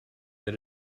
that